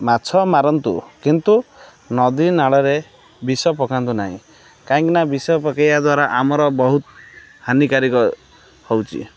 ମାଛ ମାରନ୍ତୁ କିନ୍ତୁ ନଦୀନାଳରେ ବିଷ ପକାନ୍ତୁ ନାହିଁ କାହିଁକିନା ବିଷ ପକେଇବା ଦ୍ୱାରା ଆମର ବହୁତ ହାନିକାରକ ହେଉଛି